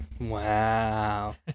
Wow